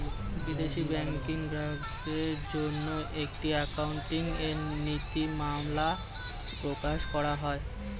বিদেশে ব্যাংকিং গ্রাহকদের জন্য একটি অ্যাকাউন্টিং এর নীতিমালা প্রকাশ করা হয়